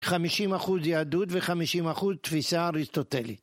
50% יהדות ו-50% תפיסה אריסטוטלית.